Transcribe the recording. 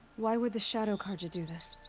why would the shadow carja do this?